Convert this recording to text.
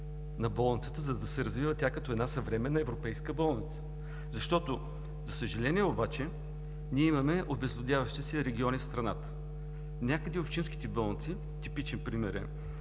средства, за да се развива тя като съвременна европейска болница. За съжаление обаче, ние имаме обезлюдяващи се региони в страната. Някъде общинските болници, типичен е примерът